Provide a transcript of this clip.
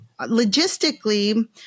logistically